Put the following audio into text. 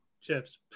chips